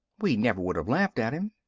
we never would have laughed at him.